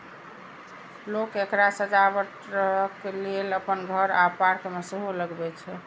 लोक एकरा सजावटक लेल अपन घर आ पार्क मे सेहो लगबै छै